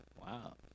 Wow